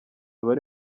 bari